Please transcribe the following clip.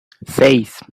seis